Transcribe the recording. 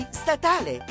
statale